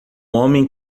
homem